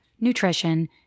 nutrition